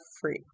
free